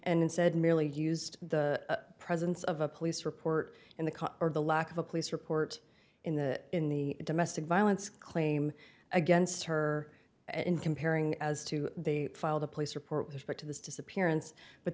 and said merely used the presence of a police report in the car or the lack of a police report in the in the domestic violence claim against her and comparing as to they filed a police report respect to the disappearance but